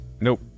Nope